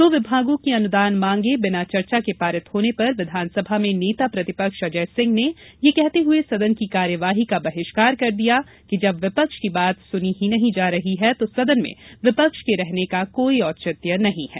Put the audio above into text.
दो विभागों की अनुदान मांगें बिना चर्चा के पारित होने पर विधानसभा में नेता प्रतिपक्ष अजय सिंह ने यह कहते हुए सदन की कार्यवाही का बहिष्कार कर दिया कि जब विपक्ष की बात सुनी ही नहीं जा रही तो सदन में विपक्ष के रहने का कोई औचित्य नहीं है